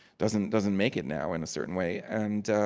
doesn't doesn't make it now, in a certain way. and